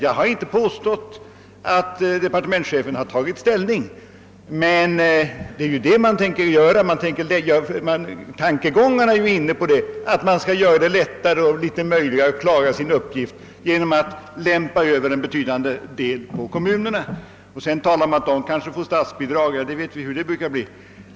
Jag har inte påstått att departementschefen har tagit ställning, men tanken är ju att man skall göra det lättare att klara sin uppgift genom att lämpa över en betydande del på kommunerna. Det talas om att kommunerna skall få statsbidrag, men vi vet ju hur det brukar bli.